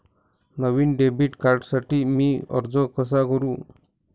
नवीन debit कार्डसाठी मी अर्ज कसा करू?